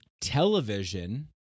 television